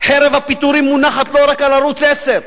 חרב הפיטורים מונחת לא רק על ערוץ-10,